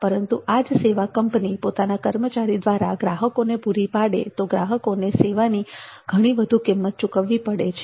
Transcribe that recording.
પરંતુ આ જ સેવા કંપની પોતાના કર્મચારી દ્વારા ગ્રાહકોને પૂરી પાડે તો ગ્રાહકોને સેવાની ઘણી વધુ કિંમત ચૂકવવી પડે છે